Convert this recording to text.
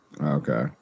Okay